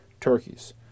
turkeys